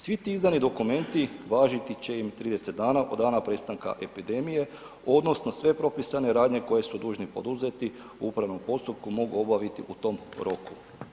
Svi ti izdani dokumentni važiti će im 30 dana od dana prestanka epidemije odnosno sve propisane radnje koje su dužni poduzeti u upravnom postupku mogu obaviti u tom roku.